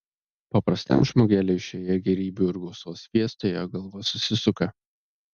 paprastam žmogeliui šioje gėrybių ir gausos fiestoje galva susisuka